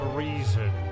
reason